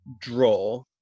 draw